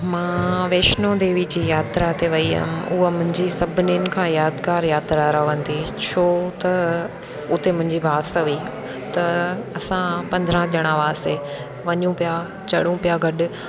मां वैष्णो देवी जी यात्रा ते वई हुअमि उहा मुंहिंजी सभिनीनि खां यादगारु यात्रा रहंदी छो त उते मुंहिंजी बास हुई त असां पंदरहा ॼणा हुआसीं वञूं पिया चढ़ूं पिया गॾु